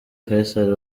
faisal